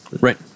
right